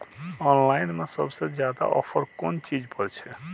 Online में सबसे ज्यादा ऑफर कोन चीज पर छे?